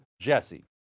JESSE